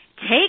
Take